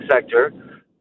sector